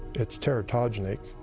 it's teratogenic,